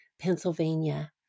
Pennsylvania